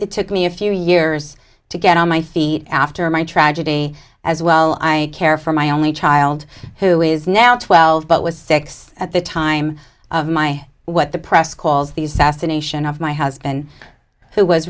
it took me a few years to get on my feet after my tragedy as well i care for my only child who is now twelve but was six at the time of my what the press calls these fascination of my husband who was